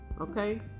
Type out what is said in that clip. Okay